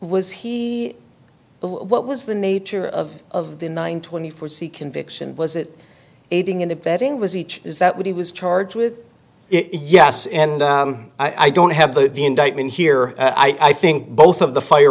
was he what was the nature of of the nine twenty four c conviction was it aiding and abetting was each is that what he was charged with yes and i don't have the indictment here i think both of the fire